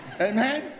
Amen